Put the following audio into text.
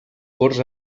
corts